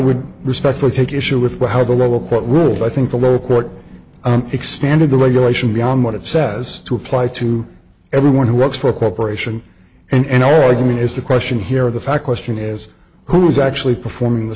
would respectfully take issue with what how the lower court ruled i think the lower court extended the regulation beyond what it says to apply to everyone who works for a corporation and oh you mean is the question here the fact question is who is actually performing the